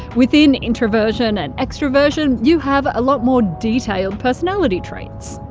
within introversion and extraversion you have a lot more detailed personality traits.